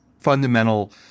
fundamental